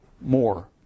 more